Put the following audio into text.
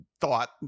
thought